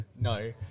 No